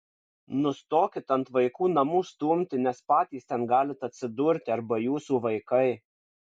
nustokit ant vaikų namų stumti nes patys ten galit atsidurti arba jūsų vaikai